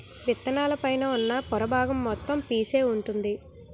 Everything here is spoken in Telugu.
విత్తనాల పైన ఉన్న పొర బాగం మొత్తం పీసే వుంటుంది